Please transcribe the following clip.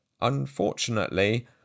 Unfortunately